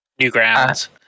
Newgrounds